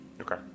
Okay